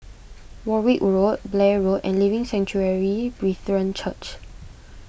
Warwick Road Blair Road and Living Sanctuary Brethren Church